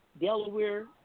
Delaware